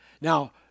Now